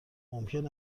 ممکن